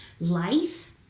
life